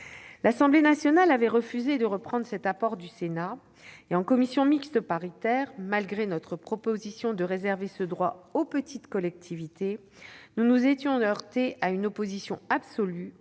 L'Assemblée nationale avait refusé de reprendre cet apport du Sénat. En commission mixte paritaire, malgré notre proposition de réserver ce droit aux petites collectivités, nous nous étions heurtés à une opposition absolue,